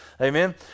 amen